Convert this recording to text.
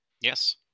Yes